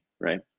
right